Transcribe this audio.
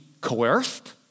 coerced